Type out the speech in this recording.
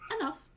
Enough